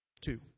Two